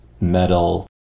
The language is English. metal